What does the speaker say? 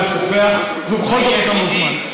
ובכל זאת אתה מוזמן.